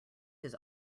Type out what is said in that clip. his